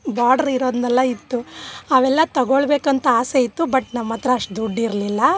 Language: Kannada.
ಬಾಡ್ರ್ ಇರೋದ್ನೆಲ್ಲ ಇತ್ತು ಅವೆಲ್ಲ ತಗೋಳ್ಬೇಕಂತ ಆಸೆ ಇತ್ತು ಬಟ್ ನಮ್ಮಹತ್ರ ಅಷ್ಟು ದುಡ್ಡು ಇರಲಿಲ್ಲ